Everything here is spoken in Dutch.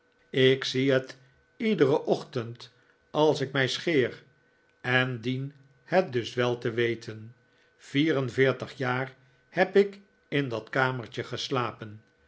ik zie het iederen ochtend als ik mij scheer en dien het dus wel te weten vier en veertig jaar heb ik in dat kamertje geslapen